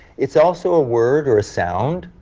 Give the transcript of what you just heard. it's also a word or a sound,